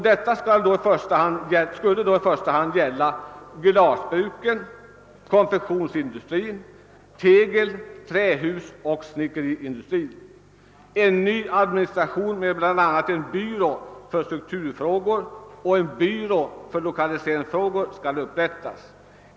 Detta skulle då i första hand gälla glasbruken och konfektionsindustrin samt tegel-, trähusoch snickeriindustrin. En ny administration med bl.a. en byrå för strukturfrågor och en byrå för lokaliseringsfrågor skall upprättas.